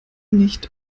nicht